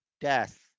Death